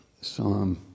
Psalm